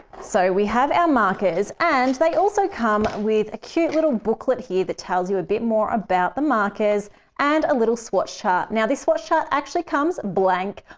so we have our markers and they also come with a cute little booklet here that tells you a bit more about the markers and a little swatch chart. now, this swatch chart actually comes blank.